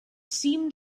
seemed